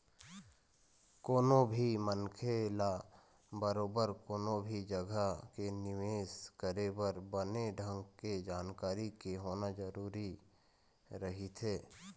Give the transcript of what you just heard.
कोनो भी मनखे ल बरोबर कोनो भी जघा के निवेश करे बर बने ढंग के जानकारी के होना जरुरी रहिथे